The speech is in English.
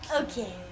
Okay